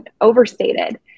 overstated